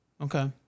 Okay